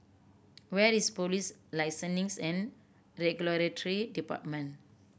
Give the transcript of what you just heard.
where is Police Listening and Regulatory Department